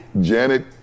Janet